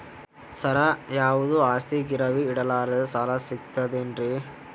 ಸರ, ಯಾವುದು ಆಸ್ತಿ ಗಿರವಿ ಇಡಲಾರದೆ ಸಾಲಾ ಸಿಗ್ತದೇನ್ರಿ?